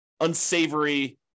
unsavory